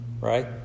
right